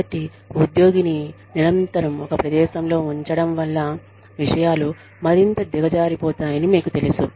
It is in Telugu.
కాబట్టి ఉద్యోగిని నిరంతరం ఒక ప్రదేశంలో ఉంచడం వల్ల విషయాలు మరింత దిగజారిపోతాయని మీకు తెలుసు